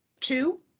two